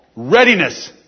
Readiness